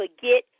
Forget